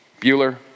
Bueller